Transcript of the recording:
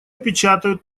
печатают